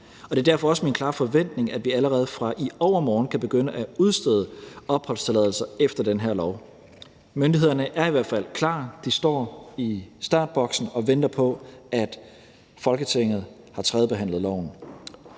det er derfor også min klare forventning, at vi allerede fra i overmorgen kan begynde at udstede opholdstilladelser efter den her lov. Myndighederne er i hvert fald klar; de står i startboksen og venter på, at Folketinget har tredjebehandlet